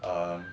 um